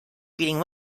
beating